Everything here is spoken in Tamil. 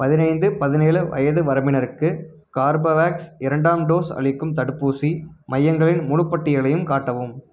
பதினைந்து பதினேலு வயது வரம்பினருக்கு கார்பவேக்ஸ் இரண்டாம் டோஸ் அளிக்கும் தடுப்பூசி மையங்களின் முழுப் பட்டியலையும் காட்டவும்